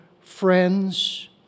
friends